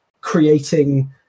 creating